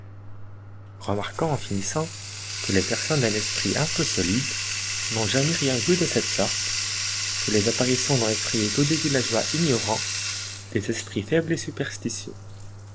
remarquons en finissant que les personnes d'un esprit un peu solide n'ont jamais rien vu de cette sorte que les apparitions n'ont effrayé que des villageois ignorants des esprits faibles et superstitieux